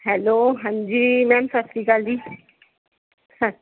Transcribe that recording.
hello ਹਾਂਜੀ ma'am Sat Sri Akal ji ਸ